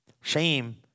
shame